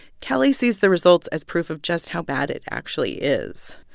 kelly sees the results as proof of just how bad it actually is.